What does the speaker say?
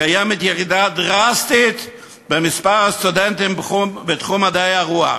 קיימת ירידה דרסטית במספר הסטודנטים בתחום מדעי הרוח,